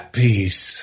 peace